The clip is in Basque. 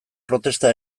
protesta